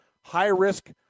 high-risk